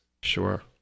Sure